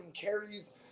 carries